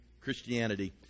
Christianity